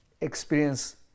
experience